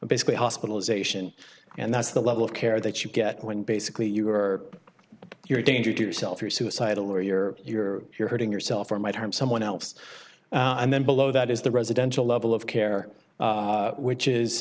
basically hospitalization and that's the level of care that you get when basically you are you're a danger to yourself you're suicidal or you're you're you're hurting yourself or might harm someone else and then below that is the residential level of care which is